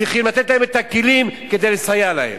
צריך לתת להם את הכלים כדי לסייע להן.